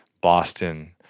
Boston